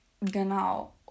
Genau